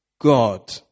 God